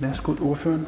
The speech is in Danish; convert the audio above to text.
Pernille Skipper (EL):